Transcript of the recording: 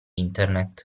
internet